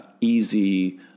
easy